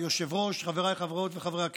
כבוד היושב-ראש, חבריי חברות וחברי הכנסת,